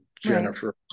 Jennifer